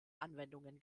anwendungen